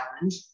challenge